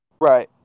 Right